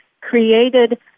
created